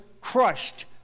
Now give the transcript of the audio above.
crushed